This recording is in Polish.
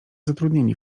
zatrudnieni